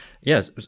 Yes